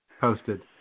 posted